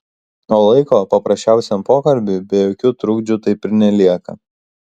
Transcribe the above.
o laiko paprasčiausiam pokalbiui be jokių trukdžių taip ir nelieka